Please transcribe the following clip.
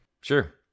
Sure